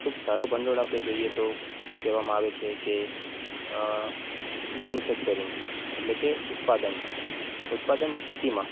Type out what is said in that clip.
ખૂબ સારો ભંડોળ આપણે જોઈએ તો કહેવામાં આવે છે કે અ મૅન્યુફેક્ચરિંગ એટલે કે ઉત્પાદન ઉત્પાદન ખેતીમાં